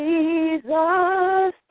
Jesus